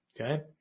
Okay